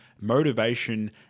motivation